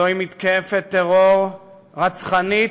זוהי מתקפת טרור רצחנית,